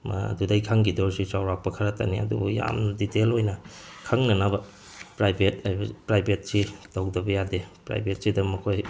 ꯃꯗꯨꯗꯒꯤ ꯈꯪꯈꯤꯗꯣꯔꯤꯁꯤ ꯆꯥꯎꯔꯥꯛꯄ ꯈꯔꯇꯅꯤ ꯑꯗꯨꯕꯨ ꯌꯥꯝꯅ ꯗꯤꯇꯦꯜ ꯑꯣꯏꯅ ꯈꯪꯅꯅꯕ ꯄ꯭ꯔꯥꯏꯚꯦꯠ ꯍꯥꯏꯕ ꯄ꯭ꯔꯥꯏꯚꯦꯠꯁꯤ ꯇꯧꯗꯕ ꯌꯥꯗꯦ ꯄ꯭ꯔꯥꯏꯚꯦꯠꯁꯤꯗ ꯃꯈꯣꯏ